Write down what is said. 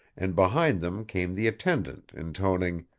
and behind them came the attendant, intoning